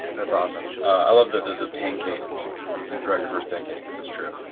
that's awesome. i love the the pancake you throw out your first pancake, that's true.